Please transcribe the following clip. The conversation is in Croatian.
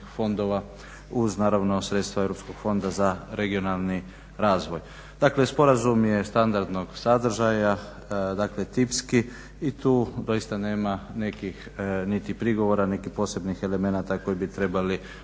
uz naravno sredstva Europskog fonda za regionalni razvoj. Dakle, sporazum je standardnog sadržaja, tipski i tu doista nema nekih niti prigovora niti posebnih elemenata koje bi trebali u